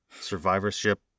Survivorship